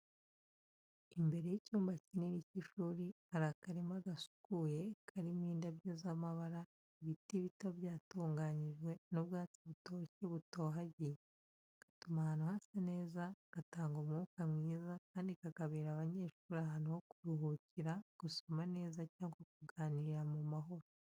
Imbere y’icyumba kinini cy’ishuri hari akarima gasukuye, karimo indabyo z’amabara, ibiti bito byatunganyijwe, n’ubwatsi butoshye butohagiye. Gatuma ahantu hasa neza, gatanga umwuka mwiza, kandi kabera abanyeshuri ahantu ho kuruhukira, gusoma neza cyangwa kuganira mu mahoro.